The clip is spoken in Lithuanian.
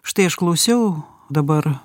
štai aš klausiau dabar